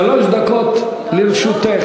שלוש דקות לרשותך.